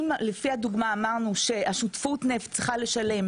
אם לפי הדוגמא אמרנו ששותפות נפט צריכה לשלם